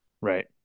right